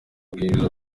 bwiza